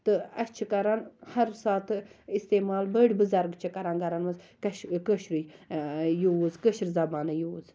تہٕ اَسہِ چھِ کَران ہَر ساتہٕ اِستعمال بٔڑۍ بُزَرگ چھِ کَران گَرَن مَنٛز کَش کٲشرُے یوٗز کٲشر زَبانٕے یوٗز